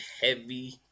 heavy